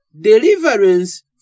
deliverance